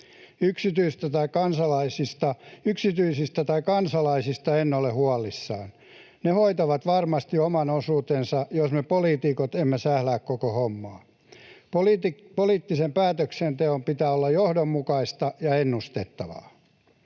Yrityksistä tai kansalaisista en ole huolissani. Ne hoitavat varmasti oman osuutensa, jos me poliitikot emme sählää koko hommaa. Poliittisen päätöksenteon pitää olla johdonmukaista ja ennustettavaa.